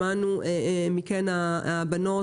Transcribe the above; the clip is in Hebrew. שמענו מכן הבנות.